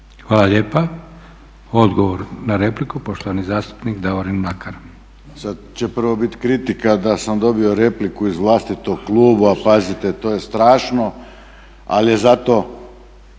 Hvala lijepa. Odgovor na repliku, poštovani zastupnik Davorin Mlakar.